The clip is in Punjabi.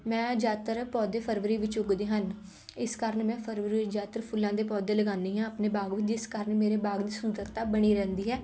ਮੈਂ ਜ਼ਿਆਦਾਤਰ ਪੌਦੇ ਫਰਵਰੀ ਵਿੱਚ ਉੱਗਦੇ ਹਨ ਇਸ ਕਾਰਨ ਮੈਂ ਫਰਵਰੀ ਵਿੱਚ ਜ਼ਿਆਦਾਤਰ ਫੁੱਲਾਂ ਦੇ ਪੌਦੇ ਲਗਾਉਂਦੀ ਹਾਂ ਆਪਣੇ ਬਾਗ ਜਿਸ ਕਾਰਨ ਮੇਰੇ ਬਾਗ ਦੀ ਸੁੰਦਰਤਾ ਬਣੀ ਰਹਿੰਦੀ ਹੈ